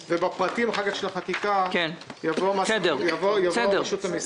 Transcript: ובפרטים של החקיקה תבוא רשות המסים ותגיד מה היא רוצה.